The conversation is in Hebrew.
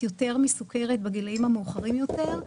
יותר מסוכרת בגילאים המאוחרים יותר,